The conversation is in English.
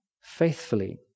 faithfully